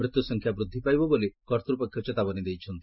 ମୃତ୍ୟୁସଂଖ୍ୟା ବୃଦ୍ଧି ପାଇବ ବୋଲି କର୍ତ୍ତପକ୍ଷ ଚେତାବନୀ ଦେଇଛନ୍ତି